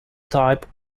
type